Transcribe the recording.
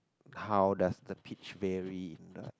how does the pitch vary in the